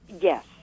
Yes